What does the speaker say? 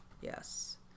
yes